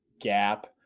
gap